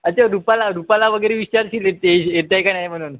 अच्छा रुपाला रुपाला वगैरे विचारशील येते येत आहे का नाही म्हणून